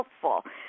helpful